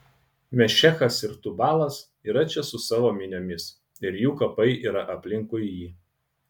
mešechas ir tubalas yra čia su savo miniomis ir jų kapai yra aplinkui jį